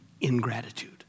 ingratitude